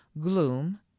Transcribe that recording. gloom